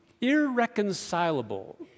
Irreconcilable